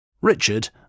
Richard